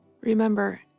remember